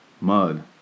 mud